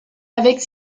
avec